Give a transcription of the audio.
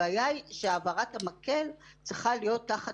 הבעיה היא שהעברת המקל צריכה להיות תחת